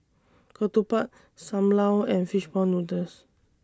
Ketupat SAM Lau and Fish Ball Noodles